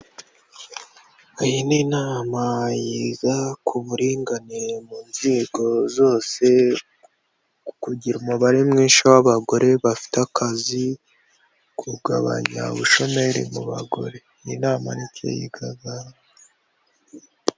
Iyi ni inama yiga ku buringanire mu nzego zose, kugira umubare mwinshi w'abagore bafite akazi, kugabanya ubushomeri mu bagore iyi nama nicyo yigagaho.